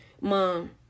Mom